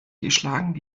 geschlagen